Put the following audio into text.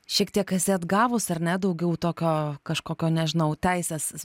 šiek tiek esi atgavus ar ne daugiau tokio kažkokio nežinau teisės